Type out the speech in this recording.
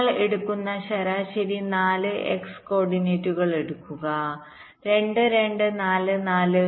നിങ്ങൾ എടുക്കുന്ന ശരാശരി 4 x കോർഡിനേറ്റുകൾ എടുക്കുക 2 2 4 4